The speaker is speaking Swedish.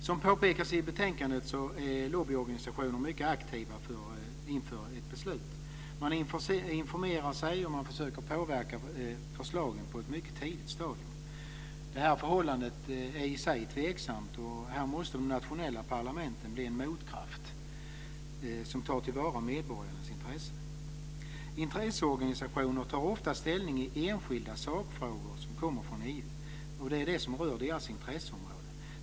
Som påpekas i betänkandet är lobbyorganisationer mycket aktiva inför ett beslut. De informerar sig och försöker påverka förslagen på ett mycket tidigt stadium. Det förhållandet är i sig tveksamt. Här måste de nationella parlamenten bli en motkraft som tar till vara medborgarnas intressen. Intresseorganisationer tar ofta ställning i enskilda sakfrågor inom EU, det som rör deras intresseområde.